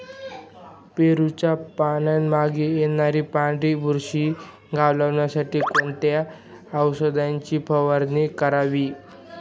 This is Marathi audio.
पेरूच्या पानांमागे येणारी पांढरी बुरशी घालवण्यासाठी कोणत्या औषधाची फवारणी करावी?